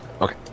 Okay